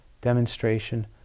demonstration